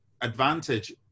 advantage